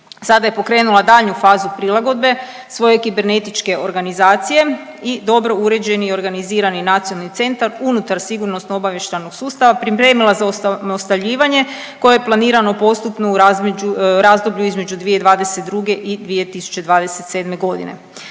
Sada je pokrenula daljnju fazu prilagodbe svoje kibernetičke organizacije i dobro uređeni i organizirani nacionalni centar unutar sigurnosno obavještajnog sustava pripremila za osamostaljivanje koje je planirano postupno u razdoblju između 2022. i 2027.g..